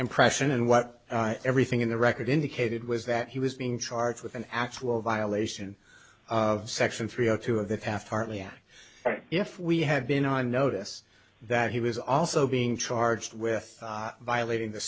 impression and what everything in the record indicated was that he was being charged with an actual violation of section three or two of the path hartley act if we have been on notice that he was also being charged with violating the